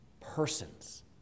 persons